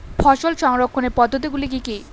ফসল সংরক্ষণের পদ্ধতিগুলি কি কি?